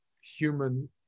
human